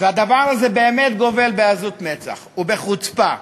והדבר הזה באמת גובל בעזות מצח ובחוצפה,